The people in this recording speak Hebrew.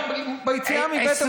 ביציאה מבית המשפט.